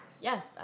Yes